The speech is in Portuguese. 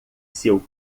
seu